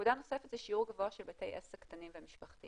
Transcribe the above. נקודה נוספת היא שיעור גבוה של בתי עסק קטנים ומשפחתיים.